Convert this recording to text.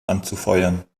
anzufeuern